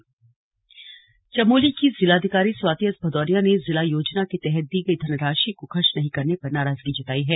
slug Chamoli धनराशि चमोली की जिलाधिकारी स्वाति एस भदौरिया ने जिला योजना के तहत दी गई धनराशि को खर्च नहीं करने पर नाराजगी जतायी है